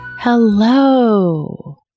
Hello